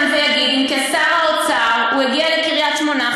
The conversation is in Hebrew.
ויגיד אם כשר האוצר הוא הגיע לקריית-שמונה,